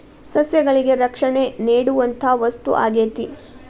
ಸಸ್ಯಗಳಿಗೆ ರಕ್ಷಣೆ ನೇಡುವಂತಾ ವಸ್ತು ಆಗೇತಿ